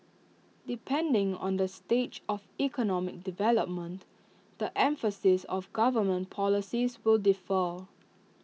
depending on the stage of economic development the emphasis of government policies will differ